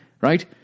Right